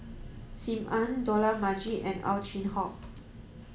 Sim Ann Dollah Majid and Ow Chin Hock